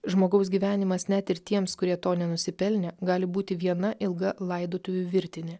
žmogaus gyvenimas net ir tiems kurie to nenusipelnė gali būti viena ilga laidotuvių virtinė